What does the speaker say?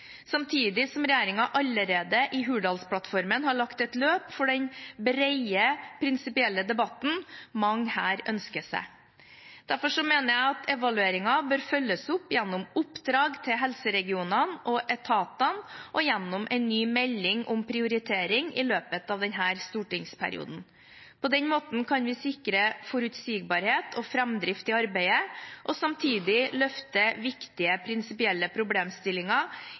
samtidig som regjeringen allerede i Hurdalsplattformen har lagt et løp for den brede, prinsipielle debatten mange her ønsker seg. Derfor mener jeg evalueringen bør følges opp gjennom oppdrag til helseregionene og etatene og gjennom en ny melding om prioritering i løpet av denne stortingsperioden. På den måten kan vi sikre forutsigbarhet og framdrift i arbeidet, og samtidig løfte viktige prinsipielle problemstillinger